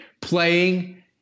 playing